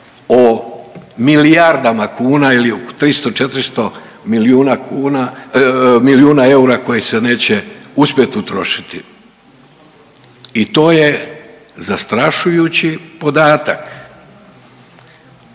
o milijardama kuna ili o 300, 400 milijuna eura koji se neće uspjeti utrošiti. I to je zastrašujući podatak.